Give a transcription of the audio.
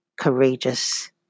courageous